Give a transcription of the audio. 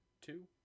two